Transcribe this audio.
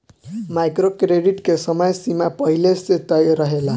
micro credit के समय सीमा पहिले से तय रहेला